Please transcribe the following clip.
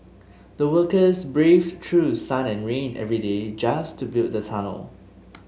the workers braved through sun and rain every day just to build the tunnel